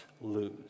lose